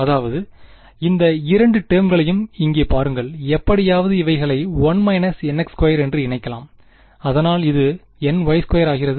அதாவதுஇந்த இரண்டு டெர்ம்களையும் இங்கே பாருங்கள் எப்படியாவது இவைகளை 1 nx2 என்று இணைக்கலாம் அதனால் அது ny2 ஆகிறது